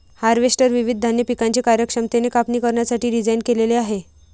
harvester विविध धान्य पिकांची कार्यक्षमतेने कापणी करण्यासाठी डिझाइन केलेले आहे